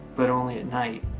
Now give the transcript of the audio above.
but only at night.